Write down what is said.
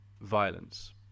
violence